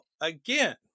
again